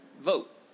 vote